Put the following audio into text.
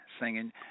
singing